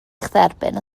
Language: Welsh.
dderbyn